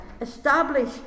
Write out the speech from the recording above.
establish